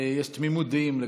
יש תמימות דעים לגביו.